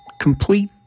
complete